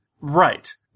Right